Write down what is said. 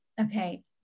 okay